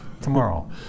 Tomorrow